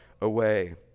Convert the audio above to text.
away